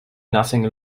nothing